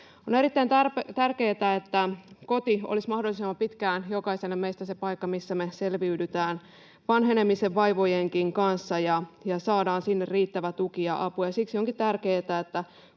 On erittäin tärkeätä, että koti olisi mahdollisimman pitkään jokaiselle meistä se paikka, missä me selviydytään vanhenemisen vaivojenkin kanssa, ja saadaan sinne riittävä tuki ja apu, ja siksi onkin tärkeätä, että